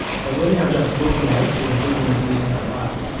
so we're now just looking at it through the prism of new south wales.